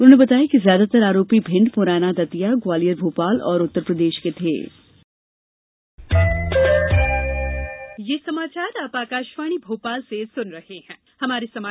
उन्होंने बताया कि ज्यादातर आरोपी भिंड मुरैना दतिया ग्वालियर भोपाल और उत्तरप्रदेश के थे